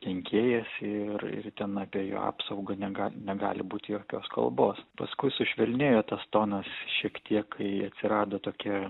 kenkėjas ir ir ten apie jo apsaugą nega negali būti jokios kalbos paskui sušvelnėjo tas tonas šiek tiek kai atsirado tokia